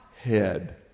head